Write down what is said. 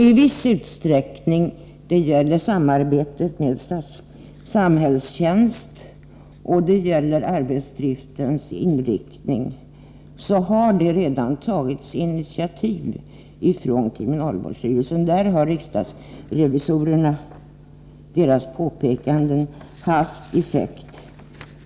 I viss utsträckning — det gäller samarbetet med Samhällsföretag och arbetsdriftens inriktning — har det redan tagits initiativ från kriminalvårdsstyrelsen. Där har riksdagsrevisorernas påpekanden haft effekt.